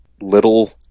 little